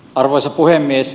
arvoisa puhemies